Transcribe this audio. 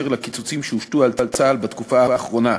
לקיצוצים שהושתו על צה"ל בתקופה האחרונה,